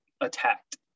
attacked